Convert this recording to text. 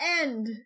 end